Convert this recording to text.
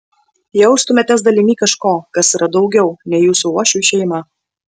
jaustumėtės dalimi kažko kas yra daugiau nei jūsų uošvių šeima